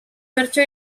bertso